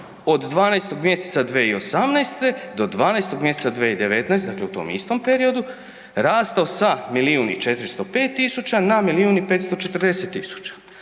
od 12. mj. 2018. do 12. mj. 2019., dakle u tom istom periodu, rastao sa 1 405 000 na 1 540 000.